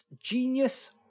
genius